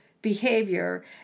Behavior